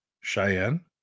Cheyenne